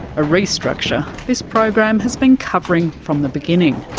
a restructure this program has been covering from the beginning.